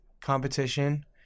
competition